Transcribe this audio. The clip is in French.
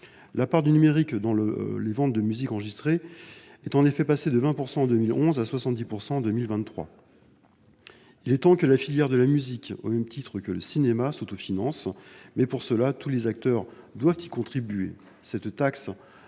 la part du numérique dans les ventes de musique enregistrée est passée de 20 % en 2011 à 70 % en 2023. Il est temps que la filière de la musique s’autofinance, au même titre que celle du cinéma, mais, pour cela, tous les acteurs doivent contribuer. Cette taxe